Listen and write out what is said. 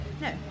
No